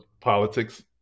politics